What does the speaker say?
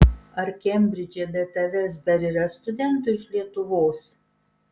ar kembridže be tavęs dar yra studentų iš lietuvos